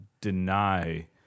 deny